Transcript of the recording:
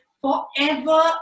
forever